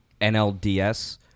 NLDS